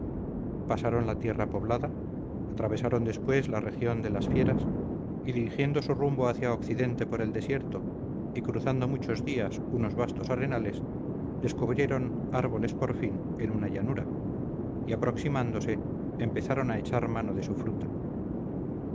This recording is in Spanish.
pasaron la tierra poblada atravesaron después la región de las fieras y dirigiendo su rumbo hacia occidente por el desierto y cruzando muchos días unos vastos arenales descubrieron árboles por fin en una llanura y aproximándose empezaron a echar mano de su fruta